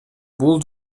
бул